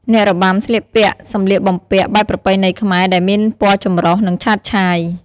អ្នករបាំស្លៀកពាក់សម្លៀកបំពាក់បែបប្រពៃណីខ្មែរ ដែលមានពណ៌ចម្រុះ និងឆើតឆាយ។